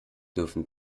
dürfen